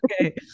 Okay